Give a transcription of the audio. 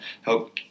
help